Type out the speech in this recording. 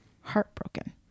Heartbroken